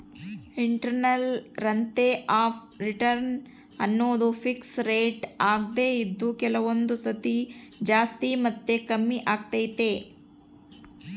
internal rate of return ಅನ್ನೋದು fix rate ಆಗ್ದೆ ಇದು ಕೆಲವೊಂದು ಸತಿ ಜಾಸ್ತಿ ಮತ್ತೆ ಕಮ್ಮಿಆಗ್ತೈತೆ